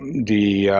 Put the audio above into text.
the